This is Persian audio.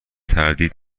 تردید